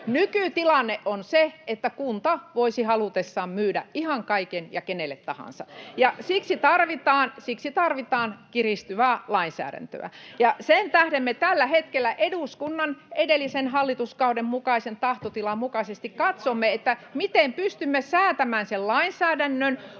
Nykytilanne on se, että kunta voisi halutessaan myydä ihan kaiken ja kenelle tahansa, ja siksi tarvitaan kiristyvää lainsäädäntöä. Sen tähden me tällä hetkellä eduskunnan edellisen hallituskauden mukaisen tahtotilan mukaisesti katsomme, miten pystymme säätämään sen lainsäädännön,